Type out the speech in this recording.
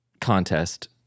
contest